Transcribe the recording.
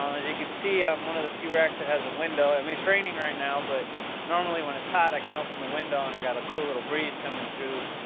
um as you can see, i'm in one of the few racks that has a window. i mean it's raining right now, but normally when it's hot i can open the window and i got a cool little breeze coming through.